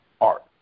art